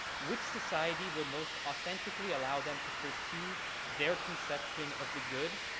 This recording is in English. which society will most authentically allow them to pursue their conception of the good,